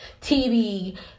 tv